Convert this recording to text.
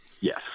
Yes